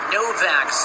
Novak